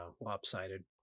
lopsided